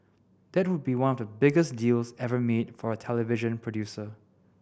that would be one of the biggest deals ever made for a television producer